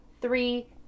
three